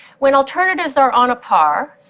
when alternatives are on a par,